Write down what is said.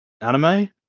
Anime